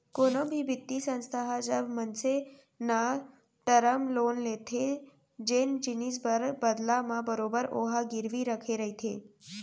कोनो भी बित्तीय संस्था ह जब मनसे न टरम लोन देथे जेन जिनिस बर बदला म बरोबर ओहा गिरवी रखे रहिथे